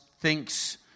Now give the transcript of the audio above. thinks